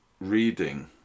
reading